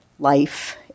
life